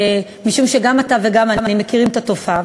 משום שגם אתה וגם אני מכירים את התופעה,